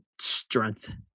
strength